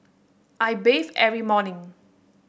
I bathe every morning